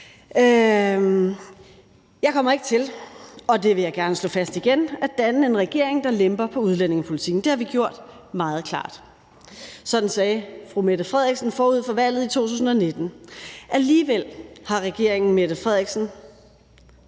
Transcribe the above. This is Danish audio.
Jeg kommer ikke til, og det vil jeg gerne slå fast igen, at danne en regering, der lemper på udlændingepolitikken. Det har vi gjort meget klart. Sådan sagde fru Mette Frederiksen forud for valget i 2019. Alligevel har regeringen Mette Frederiksen